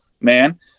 man